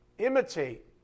Imitate